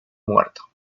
muerto